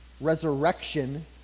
resurrection